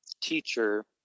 teacher